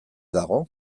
dago